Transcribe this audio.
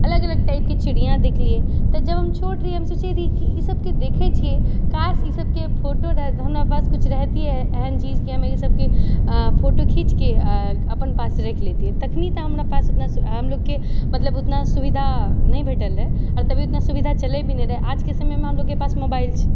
अलग अलग टाइपकेँ चिड़ियाँ देखलिए तऽ जब हम छोट रहिए हम सोचै रहिए कि इसबके देखै छियै काश इसबके फोटो रह हमरा पास किछु रहतिए एहन चीज कि हम इसबके फोटो खीँचके आ अपन पास राखि लेतिए तखन तऽ हमरा पास इतना हमलोगके मतलब उतना सुविधा नहि भेटल रहै आओर तभी इतना सुविधा चलै भी नहि रहै आजके समयमे हमलोगके पास मोबाइल छै